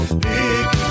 big